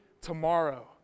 tomorrow